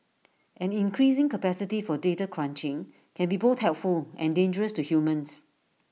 an increasing capacity for data crunching can be both helpful and dangerous to humans